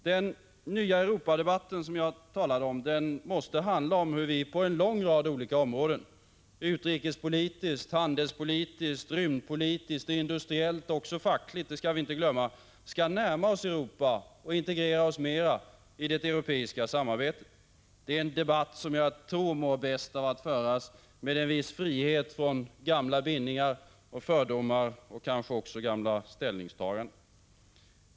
Den nya Europadebatten, som jag talade om, måste handla om hur vi på en lång rad olika områden — utrikespolitiskt, handelspolitiskt, rymdpolitiskt, industriellt och även fackligt, det skall vi inte glömma — skall närma oss Europa och integrera oss mera i det europeiska samarbetet. Det är en debatt som jag tror mår bäst av att föras med en viss frihet från gamla bindningar och fördomar och kanske gamla ställningstaganden.